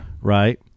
Right